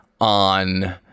on